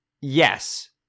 yes